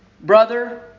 brother